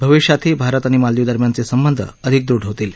भविष्यातील भारत आणि मालदीवदरम्यान चे संबंध अधिक दृढ होतील